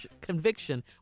conviction